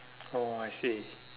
oh I see